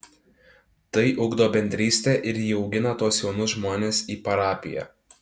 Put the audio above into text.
tai ugdo bendrystę ir įaugina tuos jaunus žmones į parapiją